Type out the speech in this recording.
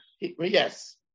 Yes